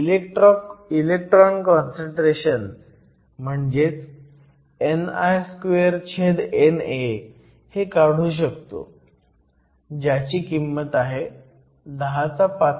आपण electron concentration म्हणजे ni2NA हे काढू शकतो ज्याची किंमत आहे 105